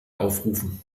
aufrufen